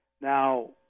Now